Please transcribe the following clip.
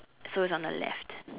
so it's on the left